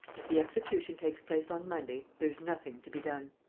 if the execution takes place on monday, there's nothing to be done.